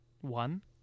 one